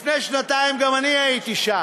לפני שנתיים אני הייתי שם,